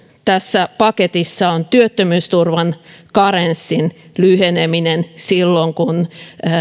tässä paketissa on työttömyysturvan karenssin lyheneminen silloin kun